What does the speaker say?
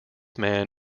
man